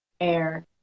AIR